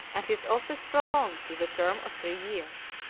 and his office prolonged to the term of three years.